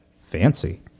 Fancy